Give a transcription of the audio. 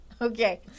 Okay